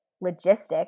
logistics